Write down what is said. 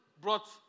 brought